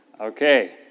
Okay